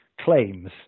claims